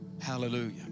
hallelujah